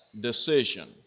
decision